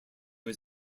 his